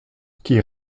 qui